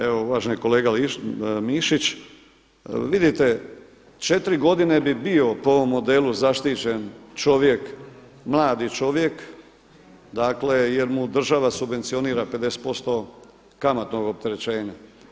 Evo uvaženi kolega Mišić, vidite, 4 godine bi bio po ovom modelu zaštićen čovjek mladi čovjek, dakle jer mu država subvencionira 50% kamatnog opterećenja.